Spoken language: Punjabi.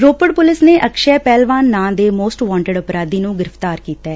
ਰੋਪੜ ਪੁਲਿਸ ਨੇ ਅਕਸ਼ੈ ਪਹਿਲਵਾਨ ਨਾ ਦੇ ਮੋਸਟ ਵਾਨਟਡ ਅਪਰਾਧੀ ਨੂੰ ਗ੍ਰਿਫ਼ਤਾਰ ਕੀਤੈ